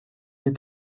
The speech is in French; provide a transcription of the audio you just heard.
est